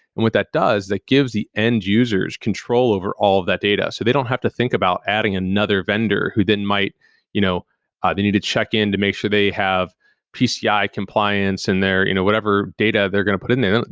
and what that does, that gives the end users control over all of that data. so they don't have to think about adding another vendor who then might you know ah they need to check in to make sure they have pci compliance and you know whatever data they're going to put in there.